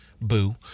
boo